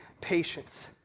patience